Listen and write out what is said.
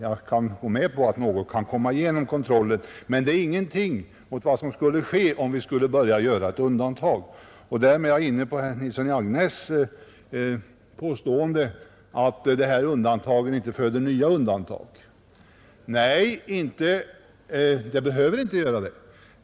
Jag kan gå med på att några kan komma igenom kontrollen, men det är ingenting mot vad som skulle ske om vi skulle börja göra undantag. Därmed är jag inne på det påstående som gjordes av herr Nilsson i Agnäs, nämligen att undantag inte föder nya undantag. Nej, de behöver inte göra det.